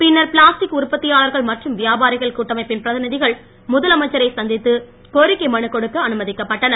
பின்னர் பிளாஸ்டிக் உற்பத்தியாளர்கள் மற்றும் வியாபாரிகள் கூட்டமைப்பின் பிரதிநிதிகள் முதலமைச்சரை சந்தித்து கோரிக்கை மனு கொடுக்க அனுமதிக்கப் பட்டனர்